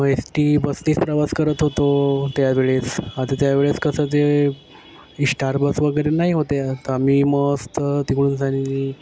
S T बसनीच प्रवास करत होतो त्या वेळेस आता त्या वेळेस कसं जे इष्टार बस वगैरे नाही होते तर आम्ही मस्त तिकडूनच आणि